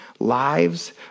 lives